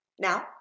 Now